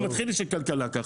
לא כלכלה ככה.